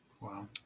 Wow